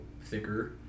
thicker